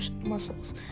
muscles